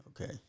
Okay